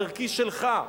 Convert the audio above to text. הערכי שלך,